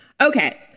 Okay